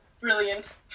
brilliant